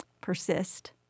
persist